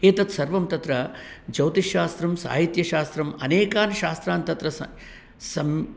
एतत् सर्वं तत्र ज्यौतिश्शास्त्रं साहित्यशास्त्रम् अनेकान् शास्त्रान् तत्र स सं